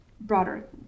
broader